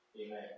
Amen